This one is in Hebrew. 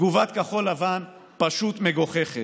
תגובת כחול לבן פשוט מגוחכת.